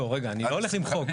לא, רגע, אני לא הולך למחוק.